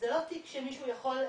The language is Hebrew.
זה לא תיק שמישהו יכול להגיד: